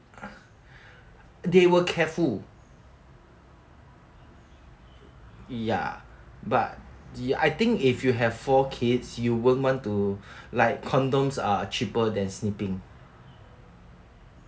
they were careful ya but I think if you have four kids you won't want to like condoms are cheaper than snipping